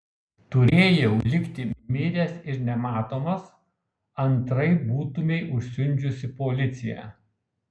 turėjau likti miręs ir nematomas antraip būtumei užsiundžiusi policiją